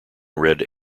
red